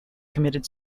committed